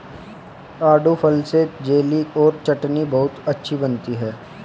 आड़ू फल से जेली और चटनी बहुत अच्छी बनती है